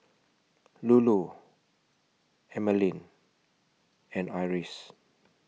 Lulu Emeline and Iris